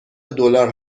دلار